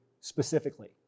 specifically